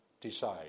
decide